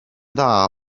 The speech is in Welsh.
dda